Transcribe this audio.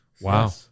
Wow